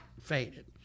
faded